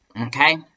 Okay